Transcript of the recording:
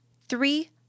Three